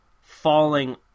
falling